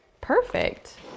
perfect